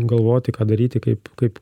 galvoti ką daryti kaip kaip